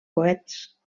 coets